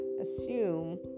assume